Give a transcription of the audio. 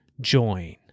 join